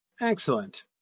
excellent